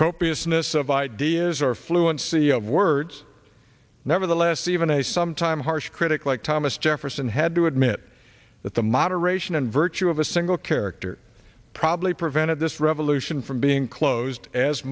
copious mists of ideas or fluency of words nevertheless even a sometimes harsh critic like thomas jefferson had to admit that the moderation and virtue of a single character probably prevented this revolution from being closed as